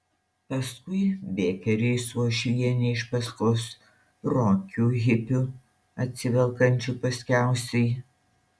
paskui bekeriai su uošviene iš paskos rokiu hipiu atsivelkančiu paskiausiai